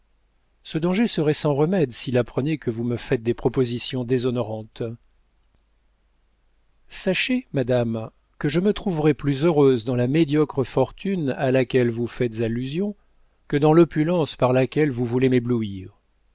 ce danger serait sans remède s'il apprenait que vous me faites des propositions déshonorantes sachez madame que je me trouverai plus heureuse dans la médiocre fortune à laquelle vous faites allusion que dans l'opulence par laquelle vous voulez m'éblouir